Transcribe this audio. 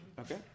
Okay